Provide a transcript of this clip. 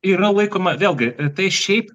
yra laikoma vėlgi tai šiaip